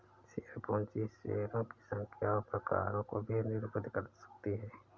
share पूंजी शेयरों की संख्या और प्रकारों को भी निरूपित कर सकती है